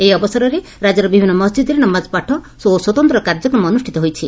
ଏହି ଅବସରରେ ରାଜ୍ୟର ବିଭିନ୍ନ ମସ୍ଜିଦ୍ରେ ନମାଜ ପାଠ ଓ ସ୍ୱତନ୍ତ କାର୍ଯ୍ୟକ୍ରମ ଅନୁଷ୍ଷିତ ହୋଇଛି